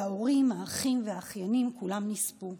וההורים, האחים והאחיינים, כולם נספו.